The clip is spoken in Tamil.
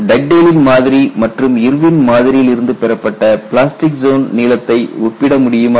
டக்டேலின் மாதிரி Dugdale's model மற்றும் இர்வின் மாதிரியிலிருந்து Irwin's model பெறப்பட்ட பிளாஸ்டிக் ஜோன் நீளத்தை ஒப்பிட முடியுமா